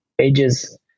ages